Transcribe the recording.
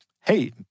Hey